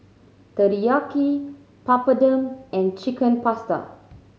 Teriyaki Papadum and Chicken Pasta